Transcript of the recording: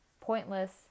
Pointless